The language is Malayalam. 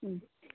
ഉം